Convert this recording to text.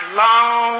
long